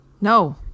No